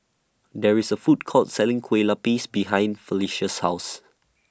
There IS A Food Court Selling Kueh Lupis behind Felisha's House